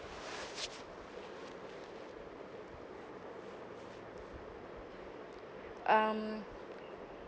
um